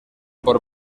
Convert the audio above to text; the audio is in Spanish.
por